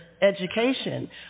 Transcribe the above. education